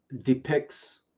depicts